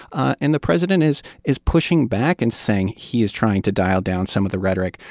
ah and the president is is pushing back and saying he is trying to dial down some of the rhetoric.